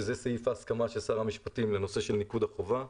שזה סעיף ההסכמה של שר המשפטים לנושא של ניקוד החובה.